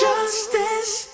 Justice